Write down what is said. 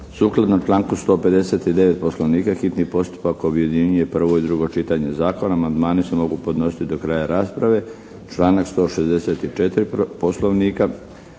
Sukladno članku 159. Poslovnika hitni postupak objedinjuje prvo i drugo čitanje zakona. Amandmani se mogu podnositi do kraja rasprave, članak 164. Poslovnika.